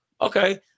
okay